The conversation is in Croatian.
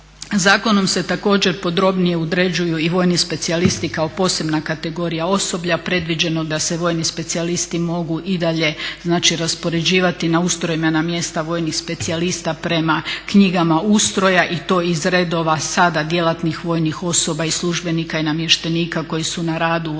Zakonom se također podrobnije određuju i vojni specijalisti kao posebna kategorija osoblja, predviđeno da se vojni specijalisti mogu i dalje znači raspoređivati na ustrojbena mjesta vojnih specijalista prema knjigama ustroja i to iz redova sada djelatnih vojnih osoba i službenika i namještenika koji su na radu u